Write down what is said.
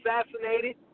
assassinated